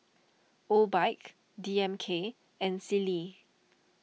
Obike D M K and Sealy